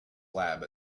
lab